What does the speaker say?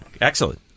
excellent